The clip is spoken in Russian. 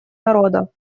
народа